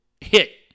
hit